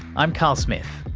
i'm carl smith,